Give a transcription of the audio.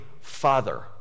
father